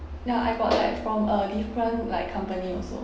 ya I got like from uh different like company also